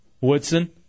Woodson